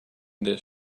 this